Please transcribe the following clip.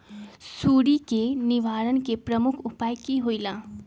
सुडी के निवारण के प्रमुख उपाय कि होइला?